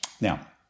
Now